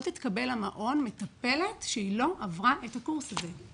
לא תתקבל למעון מטפלת שלא עברה את הקורס הזה.